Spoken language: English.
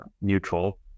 neutral